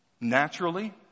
Naturally